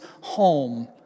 home